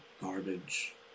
garbage